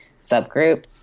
subgroup